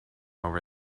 over